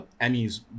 Emmy's